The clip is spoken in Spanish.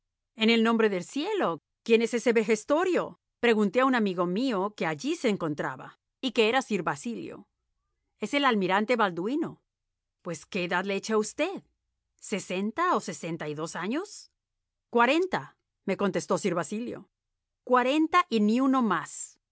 en el nombre del cielo quién es ese vejestorio pregunté a un amigo mío que allí se encontraba y que era sir basilio es el almirante balduíno pues qué edad le echa usted sesenta o sesenta y dos años cuarentame contestó sir basilio cuarenta y ni uno más